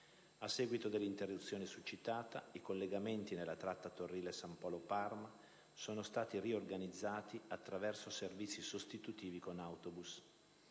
A seguito dell'interruzione succitata, i collegamenti nella tratta Torrile San Polo-Parma sono stati riorganizzati attraverso servizi sostitutivi con autobus.